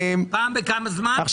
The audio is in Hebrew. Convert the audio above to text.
יש